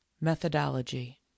Methodology